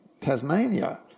Tasmania